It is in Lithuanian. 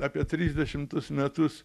apie trisdešimtus metus